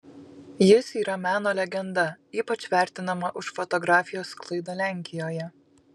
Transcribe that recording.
jis yra meno legenda ypač vertinama už fotografijos sklaidą lenkijoje